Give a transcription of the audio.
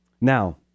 Now